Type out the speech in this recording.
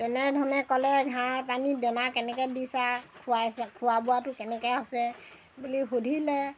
তেনেধৰণে ক'লে ঘাঁহ পানী দানা কেনেকৈ দিছা খুৱাইছা খোৱা বোৱাটো কেনেকৈ হৈছে বুলি সুধিলে